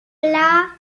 pla